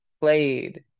played